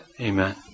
Amen